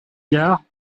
gards